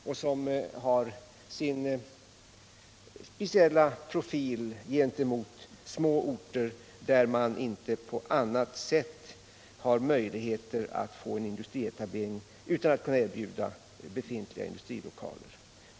Det har sin särskilda profil gentemot små orter, där man inte på annat sätt har möjligheter att få en industrietablering utan att kunna erbjuda befintliga industrilokaler.